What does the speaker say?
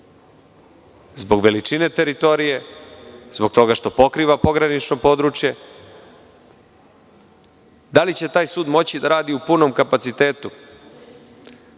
zbog veličine teritorije, zbog toga što pokriva pogranično područje. Da li će taj sud moći da radi u punom kapacitetu?